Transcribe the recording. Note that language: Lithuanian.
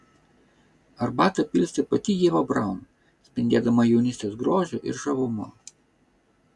arbatą pilstė pati ieva braun spindėdama jaunystės grožiu ir žavumu